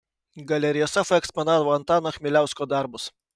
galerija sofa eksponavo antano chmieliausko darbus